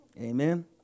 Amen